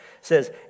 says